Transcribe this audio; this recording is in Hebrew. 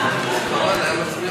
נתקבלו.